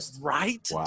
right